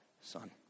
son